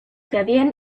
debian